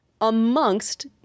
Amongst